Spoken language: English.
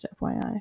FYI